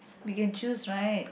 you can choose right